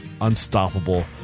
unstoppable